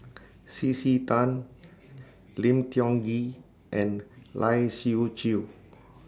C C Tan Lim Tiong Ghee and Lai Siu Chiu